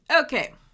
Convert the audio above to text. okay